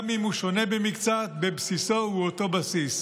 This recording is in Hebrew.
גם אם הוא שונה במקצת, בבסיסו הוא אותו בסיס".